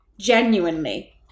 genuinely